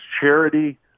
charity